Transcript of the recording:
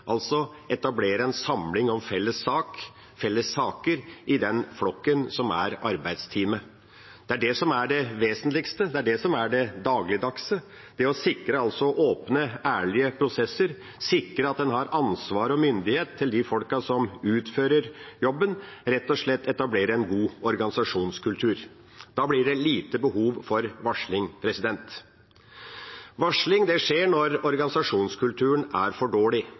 altså etablere en samling om felles saker i den flokken som er arbeidsteamet. Det er det som er det vesentligste, det er det som er det dagligdagse; det å sikre åpne, ærlige prosesser, sikre at de folkene som utfører jobben, har ansvar og myndighet – rett og slett etablere en god organisasjonskultur. Da blir det lite behov for varsling. Varsling skjer når organisasjonskulturen er for dårlig,